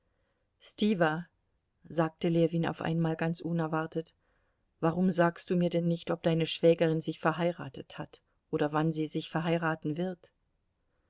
stiwa sagte ljewin auf einmal ganz unerwartet warum sagst du mir denn nicht ob deine schwägerin sich verheiratet hat oder wann sie sich verheiraten wird